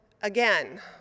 again